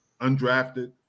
undrafted